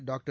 doctor